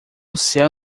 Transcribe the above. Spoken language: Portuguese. céu